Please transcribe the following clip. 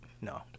no